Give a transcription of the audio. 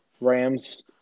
Rams